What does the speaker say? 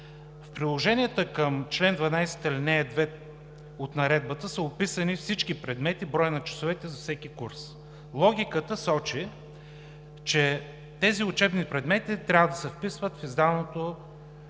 В приложенията към чл. 12, ал. 2 от Наредбата са описани всички предмети, броя на часовете за всеки курс. Логиката сочи, че тези учебни предмети трябва да се вписват в издаваното